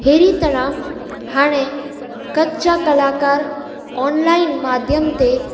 अहिड़ी तरह हाणे कच्छ जा कलाकार ऑनलाइन माध्यम ते